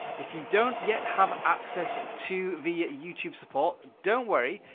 if you don't yet have access ah to the youtube support don't worry,